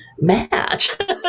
match